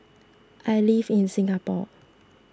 I live in Singapore